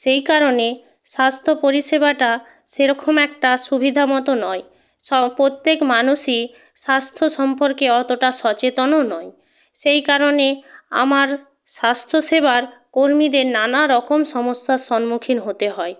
সেই কারণে স্বাস্থ্য পরিষেবাটা সেরকম একটা সুবিধা মতো নয় সব প্রত্যেক মানুষই স্বাস্থ্য সম্পর্কে অতটা সচেতনও নয় সেই কারণে আমার স্বাস্থ্য সেবার কর্মীদের নানা রকম সমস্যার সম্মুখীন হতে হয়